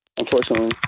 unfortunately